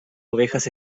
ovejas